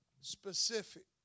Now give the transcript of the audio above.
specific